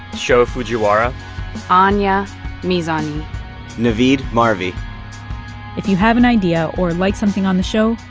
sho fujiwara anya mizani navid marvi if you have an idea or like something on the show,